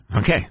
Okay